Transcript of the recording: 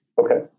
okay